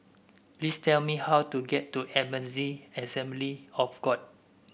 please tell me how to get to Ebenezer Assembly of God